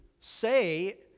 say